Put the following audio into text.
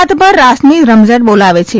રાતભર રાસની રમઝટ બોલાવે છે